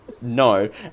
No